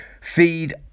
Feed